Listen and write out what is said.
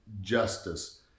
justice